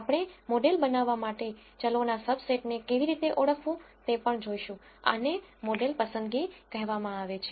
આપણે મોડેલ બનાવવા માટે ચલોના સબસેટને કેવી રીતે ઓળખવું તે પણ જોઈશું આને મોડેલ પસંદગી કહેવામાં આવે છે